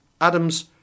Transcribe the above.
Adams